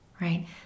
right